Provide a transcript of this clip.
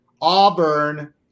Auburn